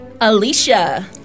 Alicia